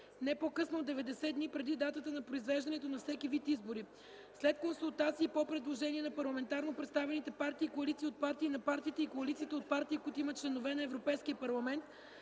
не по-късно от 90 дни преди датата на произвеждането на всеки вид избори след консултации и по предложение на парламентарно представените партии и коалиции от партии и на партиите и коалициите от партии, които имат членове в Европейския парламент,